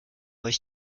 euch